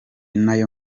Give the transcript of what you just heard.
nayo